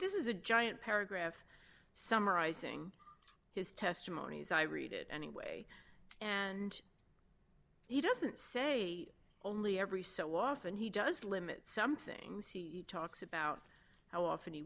this is a giant paragraph summarizing his testimonies i read it anyway and he doesn't say only every so often he does limit some things he talks about how often he